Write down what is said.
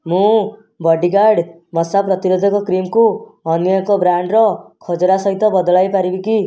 ମୁଁ ବଡ଼ିଗାର୍ଡ଼ ମଶା ପ୍ରତିରୋଧକ କ୍ରିମ୍କୁ ଅନ୍ୟ ଏକ ବ୍ରାଣ୍ଡର ଖଜରା ସହିତ ବଦଳାଇ ପାରିବି କି